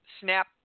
snap